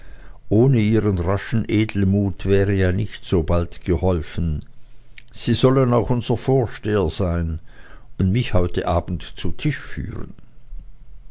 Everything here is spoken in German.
ohne ihren raschen edelmut wäre ja nicht so bald geholfen sie sollen auch unser vorsteher sein und mich heut abend zu tisch führen